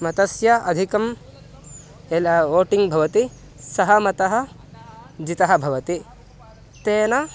मतस्य अधिकं यत् वोटिङ्ग् भवति सः मतः जितः भवति तेन